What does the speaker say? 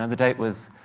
and the date was